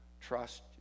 Trust